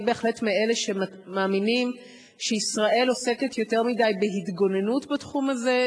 אני בהחלט מאלה שמאמינים שישראל עוסקת יותר מדי בהתגוננות בתחום הזה,